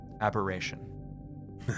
Aberration